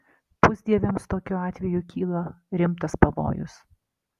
pusdieviams tokiu atveju kyla rimtas pavojus